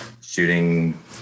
shooting